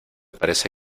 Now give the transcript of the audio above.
parece